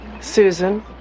Susan